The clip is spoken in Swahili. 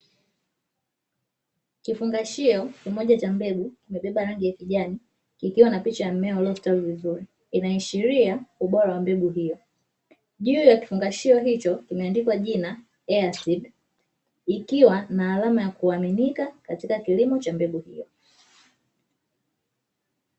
Kifungashio kimoja cha mbegu kimebeba rangi ya kijani, kikiwa na picha ya mmea uliostawi vizuri, unaoashiria ubora wa mbegu hiyo. Juu ya kifungashio hicho kumeandikwa jina "EA SEED" ikiwa ni alama ya kuaminika katika kilimo cha mbegu hiyo.